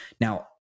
Now